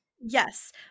Yes